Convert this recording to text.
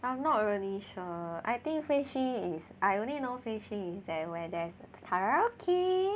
I'm not really sure I think phase three is I only know phase three is that where there is karaoke